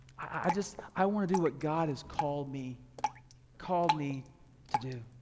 i just i wanna do what god has called me called me to do.